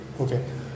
okay